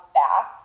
back